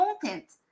content